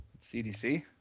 CDC